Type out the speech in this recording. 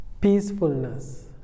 peacefulness